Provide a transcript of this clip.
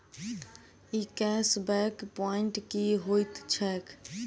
ई cash back point की होइत छैक?